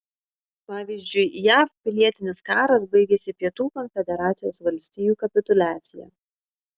pavyzdžiui jav pilietinis karas baigėsi pietų konfederacijos valstijų kapituliacija